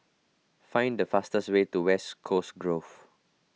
find the fastest way to West Coast Grove